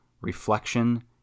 reflection